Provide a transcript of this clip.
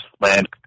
land